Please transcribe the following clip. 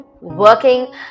working